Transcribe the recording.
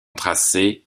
tracé